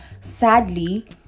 sadly